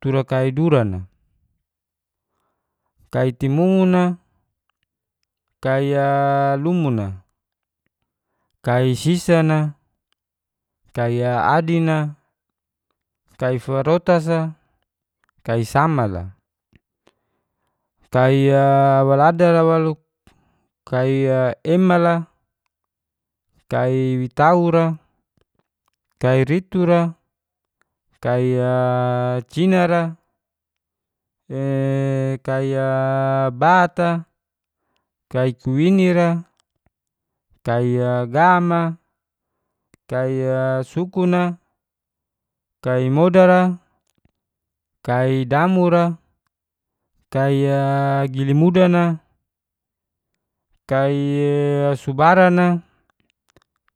Tura kai duran a, kai timungun a, kai a lumun na, kai sisan na, kai adin a, kai farotas a, kai samal a, kai a warada a waluk, kai emal a, kai witaur a, kai ritu ra, kai a cina ra, e kai a bat a, kai kuini ra, kai a gam a, kai a sukun a, kai modar a, kai damur a, kai a gilimudan a, kai a subaran a,